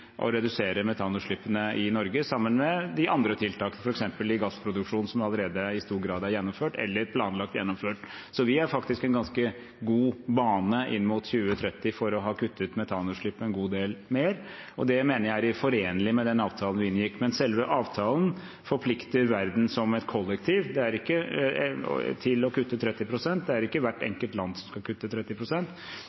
redusere metanutslippene i Norge, sammen med de andre tiltakene, f.eks. i gassproduksjonen, som allerede i stor grad er gjennomført eller planlagt gjennomført. Så vi er faktisk i en ganske god bane inn mot 2030, til å ha kuttet metanutslippene en god del mer, og det mener jeg er forenlig med den avtalen vi inngikk. Men selve avtalen forplikter verden som et kollektiv til å kutte 30 pst. Det er ikke hvert